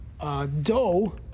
dough